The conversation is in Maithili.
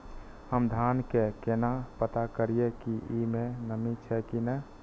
हम धान के केना पता करिए की ई में नमी छे की ने?